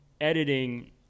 editing